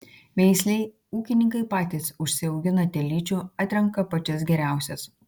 veislei ūkininkai patys užsiaugina telyčių atrenka pačias geriausias